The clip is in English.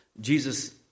Jesus